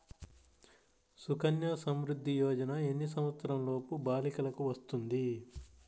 సుకన్య సంవృధ్ది యోజన ఎన్ని సంవత్సరంలోపు బాలికలకు వస్తుంది?